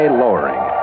lowering